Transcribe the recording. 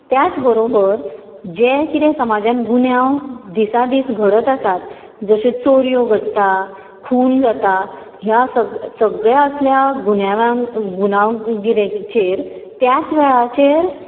त्याच बरोबर जे कितें समाजान गुन्यांव दिसान दीस घडत आसात जशे चोरीयो घडटा खून जाता ह्या सग सगळ्या असल्या गुन्यावांक गुन्यावगिरीचेर त्याच वेळाचेर